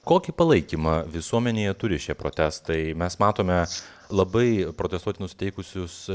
kokį palaikymą visuomenėje turi šie protestai mes matome labai protestuoti nusiteikusius